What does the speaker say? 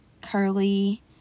curly